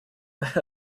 that